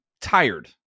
tired